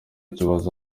kibazo